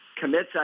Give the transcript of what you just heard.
commits